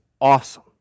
awesome